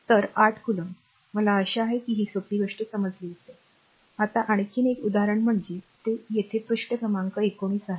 तर 8 कूलोम्ब मला आशा आहे की ही सोपी गोष्ट समजली असेल आता आणखी एक उदाहरण म्हणजे ते येथे पृष्ठ क्रमांक 19 आहे